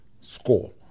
Score